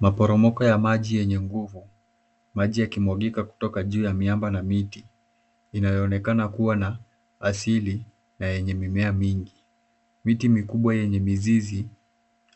Maporomoko ya maji yenye nguvu, maji yakimwagika kutoka juu ya miamba na miti inayoonekana kuwa na asili na yenye mimea mingi. Miti mikubwa yenye mizizi